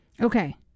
Okay